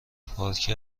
پارکه